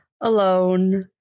alone